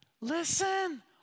Listen